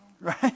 Right